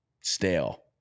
stale